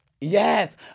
Yes